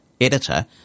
editor